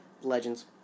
legends